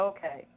Okay